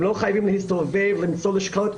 הם לא חייבים להסתובב, למצוא לשכות.